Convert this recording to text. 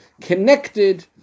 connected